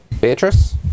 Beatrice